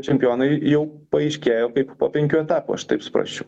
čempionai jau paaiškėjo kaip po penkių etapų aš taip suprasčiau